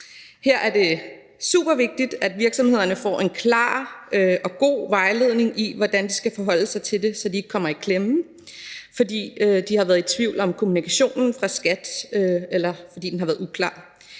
Her er det supervigtigt, at virksomhederne får en klar og god vejledning i, hvordan de skal forholde sig til det, så de ikke kommer i klemme, fordi de har været i tvivl om kommunikationen fra skattevæsenet, eller fordi den har været uklar.